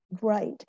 Right